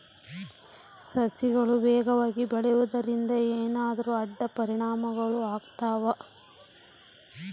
ಸಸಿಗಳು ವೇಗವಾಗಿ ಬೆಳೆಯುವದರಿಂದ ಏನಾದರೂ ಅಡ್ಡ ಪರಿಣಾಮಗಳು ಆಗ್ತವಾ?